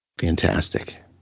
Fantastic